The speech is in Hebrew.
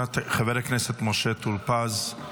חבר הכנסת משה טור פז,